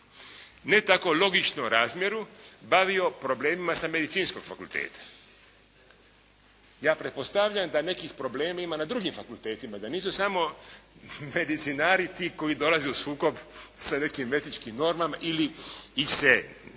ne tako logičnom razmjeru bavio problemima sa medicinskog fakulteta. Ja pretpostavljam da nekih problema ima na drugim fakultetima, da nisu samo medicinari ti koji dolaze u sukob sa nekim etičkim normama ili ih se s